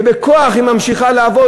ובכוח היא ממשיכה לעבוד,